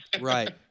right